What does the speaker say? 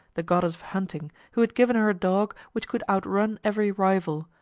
the goddess of hunting, who had given her a dog which could outrun every rival,